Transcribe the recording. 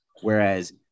whereas